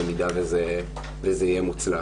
במידה וזה יהיה מוצלח.